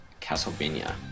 Castlevania